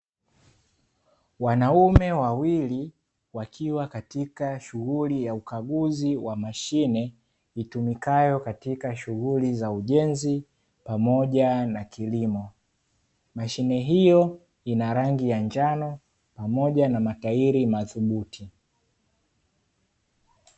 Wanaume wawili wakiwa katika shughuli ya ukaguzi wa mashine itumikayo katika shughuli za ujenzi pamoja na kilimo, mashine hiyo ina rangi ya njano pamoja na matairi madhubuti.